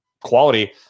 quality